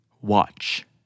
watch